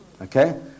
Okay